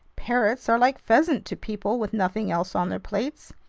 parrots are like pheasant to people with nothing else on their plates.